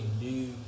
new